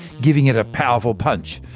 giving it a powerful punch.